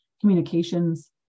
communications